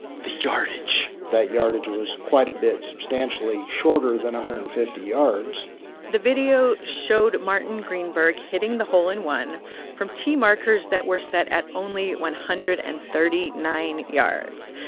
the yardage that yardage was quite a bit substantially shorter than one hundred and fifty yards the video showed martin greenberg hitting the hole in one from tee markers that were set at only one hundred and thirty nine yards.